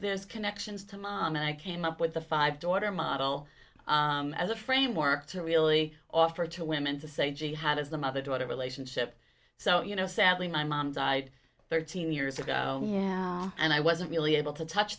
this connections to mom and i came up with the five daughter model as a framework to really offer to women to say jihad is the mother daughter relationship so you know sadly my mom died thirteen years ago and i wasn't really able to touch